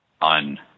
on